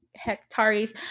hectares